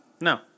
No